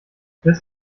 bis